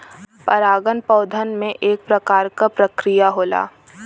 परागन पौधन में एक प्रकार क प्रक्रिया होला